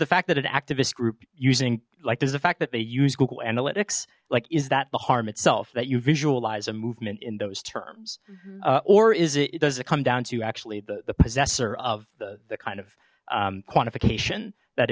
the fact that an activist group using like this is the fact that they use google analytics like is that the harm itself that you visualize a movement in those terms or is it does it come down to actually the the possessor of the kind of quantification that